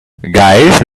guys